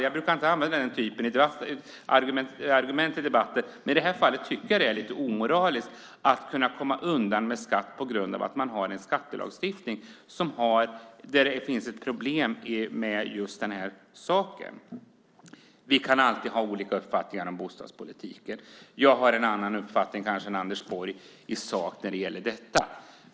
Jag brukar inte använda den typen av argument i debatten, men i det här fallet tycker jag att det är lite omoraliskt att man kan komma undan skatt på grund av att det i skattelagstiftningen finns ett problem med just den här saken. Vi kan alltid ha olika uppfattningar om bostadspolitiken. Jag har kanske en annan uppfattning än Anders Borg i sak när det gäller detta.